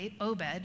Obed